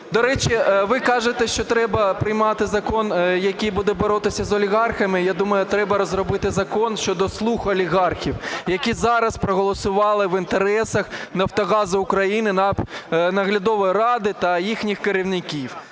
до речі, ви кажете, що треба приймати закон, який буде боротися з олігархами. Я думаю, треба розробити закон щодо "слуг" олігархів, які зараз проголосували в інтересах "Нафтогазу України", наглядової ради та їхніх керівників.